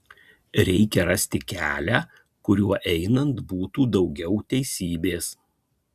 reikia rasti kelią kuriuo einant būtų daugiau teisybės